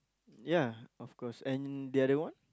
ya of course and the other one